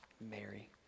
mary